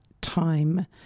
time